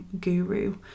guru